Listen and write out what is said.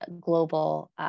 global